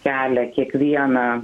kelią kiekvieną